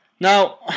now